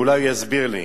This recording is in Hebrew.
ואולי הוא יסביר לי.